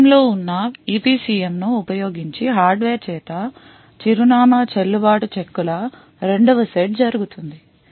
PRM లో ఉన్న EPCM ను ఉపయోగించి హార్డ్వేర్ చేత చిరునామా చెల్లు బాటు చెక్కుల రెండవ సెట్ జరుగుతుంది